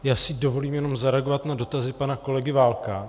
Já si dovolím jenom zareagovat na dotazy pana kolegy Válka.